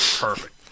Perfect